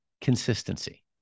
consistency